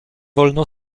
wolno